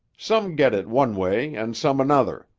some get it one way and some another,